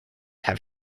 have